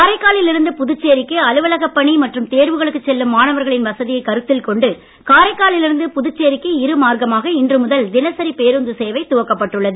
காரைக்காலில் இருந்து புதுச்சேரிக்கு அலுவலகப்பணி மற்றும் தேர்வுகளுக்கு செல்லும் மாணவர்களின் வசதியைக் கருத்தில் கொண்டு காரைக்காலில் இருந்து புதுச்சேரிக்கு இரு மார்க்கமாக இன்று முதல் தினசரி பேருந்து சேவை துவக்கப் பட்டுள்ளது